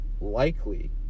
likely